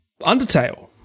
Undertale